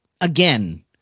again